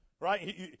right